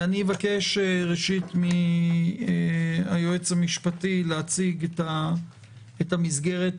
אני אבקש ראשית מהיועץ המשפטי להציג את המסגרת הנורמטיבית,